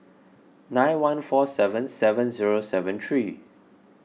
nine one four seven seven zero seven three